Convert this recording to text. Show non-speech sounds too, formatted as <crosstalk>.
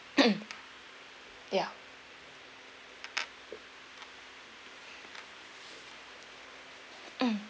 <coughs> ya mm